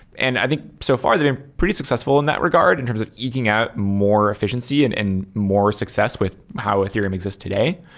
and i think so far the they've been pretty successful in that regard in terms of eking out more efficiency and and more success with how ethereum exists today.